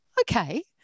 Okay